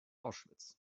auschwitz